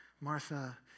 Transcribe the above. Martha